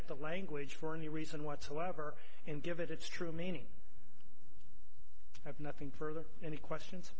at the language for any reason whatsoever and give it its true meaning i have nothing further any questions